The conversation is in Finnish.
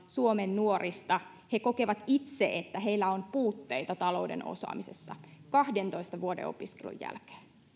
suomen nuorista kokee että heillä on puutteita talouden osaamisessa kahdentoista vuoden opiskelun jälkeen